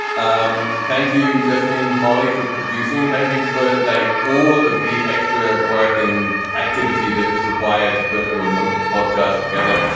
um thank you. just me and molly for producing thank you for like all of the extra work and activity that is required to put a remote podcast together.